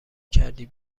کردی